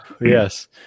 yes